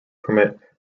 permit